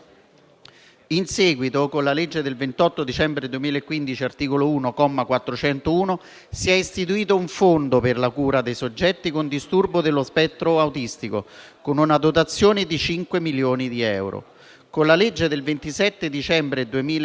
In seguito, con la legge del 28 dicembre 2015 n. 208, articolo 1, comma 401, è stato istituito un fondo per la cura dei soggetti con disturbi dello spettro autistico, con una dotazione di 5 milioni di euro. Con la legge del 27 dicembre 2017